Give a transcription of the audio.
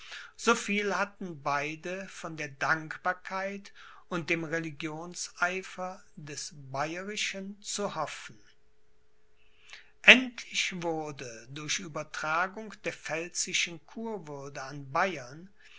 so viel hatten beide von der dankbarkeit und dem religionseifer des bayerischen zu hoffen endlich wurde durch uebertragung der pfälzischen kurwürde an bayern